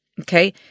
okay